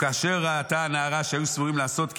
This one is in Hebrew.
וכאשר ראתה הנערה שהיו סבורים לעשות כן,